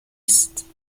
است